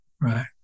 right